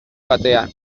batean